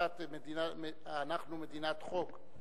אנחנו מדינת חוק,